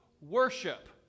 worship